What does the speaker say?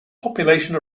population